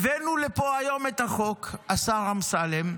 הבאנו לפה היום את החוק, השר אמסלם,